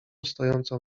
stojącą